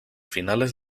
finales